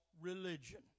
religion